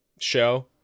show